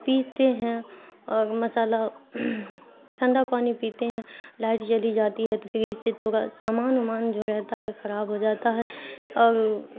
پیتے ہیں اور مسالہ ٹھنڈا پانی پیتے ہیں لائٹ چلی جاتی ہے تو فریج سے تھوڑا سامان وامان جو رہتا ہے خراب ہو جاتا ہے اور